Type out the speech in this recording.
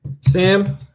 Sam